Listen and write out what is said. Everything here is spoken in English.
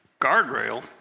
guardrail